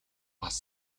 бас